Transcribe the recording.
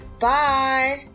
Bye